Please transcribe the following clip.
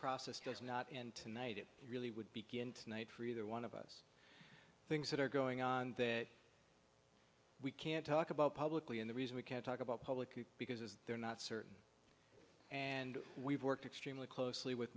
process does not end tonight it really would begin tonight for either one of us things that are going on that we can't talk about publicly and the reason we can't talk about publicly because they're not certain and we've worked extremely closely with